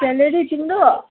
salary तिम्रो